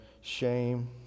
shame